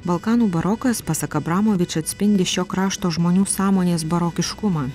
balkanų barokas pasak abramovič atspindi šio krašto žmonių sąmonės barokiškumą